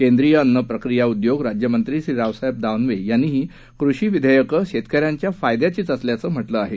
केंद्रीय अन्नप्रक्रिया उद्योग राज्यमंत्री रावसाहेब दानवे यांनीही कृषी विधेयकं शेतकऱ्यांच्या फायद्याचीच असल्याचं म्हटलं आहे